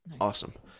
Awesome